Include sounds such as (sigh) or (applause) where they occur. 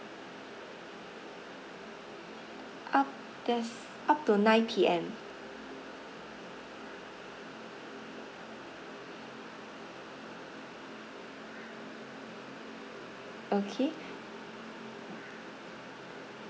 up there's up to nine P_M okay (breath)